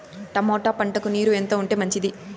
Tomato పంటకు నీరు ఎంత ఉంటే మంచిది?